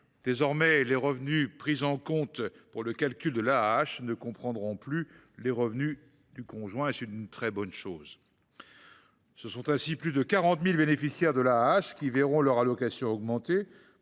Désormais, les revenus pris en compte pour le calcul de l’AAH ne comprendront plus ceux du conjoint ; c’est une très bonne chose. Ce sont ainsi plus de 40 000 bénéficiaires de l’AAH qui verront leur allocation augmenter,